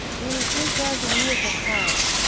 nearly three thousand years have passed,